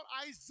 Isaiah